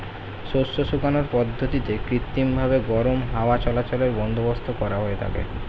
শস্য শুকানোর পদ্ধতিতে কৃত্রিমভাবে গরম হাওয়া চলাচলের বন্দোবস্ত করা হয়ে থাকে